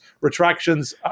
retractions